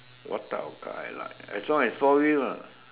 what type of car I like as long as four wheel lah